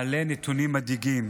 מעלה נתונים מדאיגים: